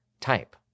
Type